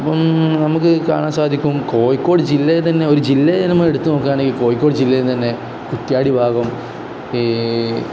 അപ്പം നമുക്ക് കാണാൻ സാധിക്കും കോഴിക്കോട് ജില്ലയിൽ തന്നെ ഒരു ജില്ലയിൽ നമ്മൾ എടുത്തു നോക്കുകയാണെങ്കിൽ കോഴിക്കോട് ജില്ലയിൽ തന്നെ കുറ്റ്യാടി ഭാഗം ഈ